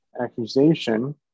accusation